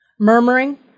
Murmuring